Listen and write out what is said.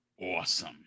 awesome